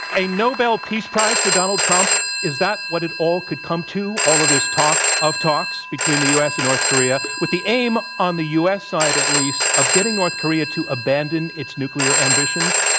a nobel peace prize for donald trump? is that what it all could come to, all of this talk of talks between the u. s. and north korea with the aim on the u. s. side at least of getting north korea to abandon its nuclear ambitions.